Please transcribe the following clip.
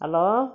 hello